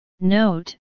Note